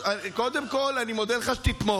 קודם כול, אני מודה לך שתתמוך.